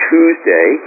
Tuesday